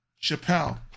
Chappelle